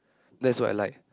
that's what I like